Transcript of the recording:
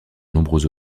nombreux